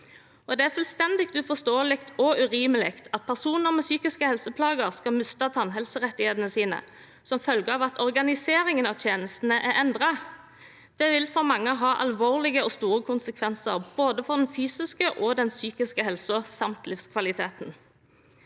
Det er fullstendig uforståelig og urimelig at personer med psykiske helseplager skal miste tannhelserettighetene sine som følge av at organiseringen av tjenestene er endret. Det vil for mange ha alvorlige og store konsekvenser for både den fysiske og den psykiske helsen samt livskvaliteten.